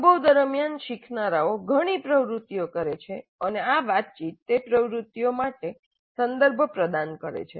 અનુભવ દરમિયાન શીખનારાઓ ઘણી પ્રવૃત્તિઓ કરે છે અને આ વાતચીત તે પ્રવૃત્તિઓ માટે સંદર્ભ પ્રદાન કરે છે